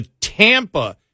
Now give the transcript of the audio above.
Tampa